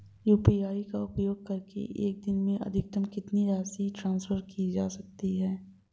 UPI का उपयोग करके एक दिन में अधिकतम कितनी राशि ट्रांसफर की जा सकती है?